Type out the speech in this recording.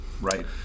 right